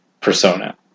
persona